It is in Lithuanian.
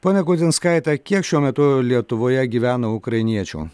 ponia gaudinskaite kiek šiuo metu lietuvoje gyvena ukrainiečių